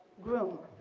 groom.